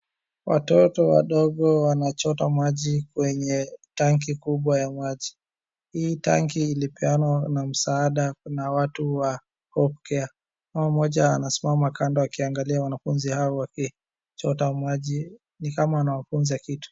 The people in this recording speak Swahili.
watoto wadogo wanachota maji kwenye tanki kubwa ya maji. Hii tanki ilipeanwa na msaada na watu wa HOPECARE.Mama mmoja anasiama kando akiangalia wanafunzi hawa wakichota maji, ni kama anawafunza kitu.